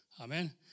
Amen